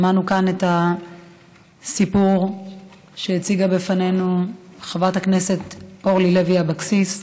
שמענו כאן את הסיפור שהציגה בפנינו חברת הכנסת אורלי לוי אבקסיס.